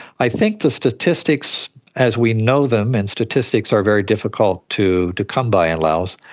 i think the statistics as we know them, and statistics are very difficult to to come by in laos,